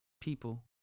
people